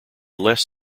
less